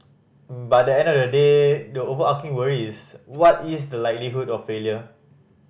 but end of the day the overarching worry is what is the likelihood of failure